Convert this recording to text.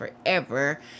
forever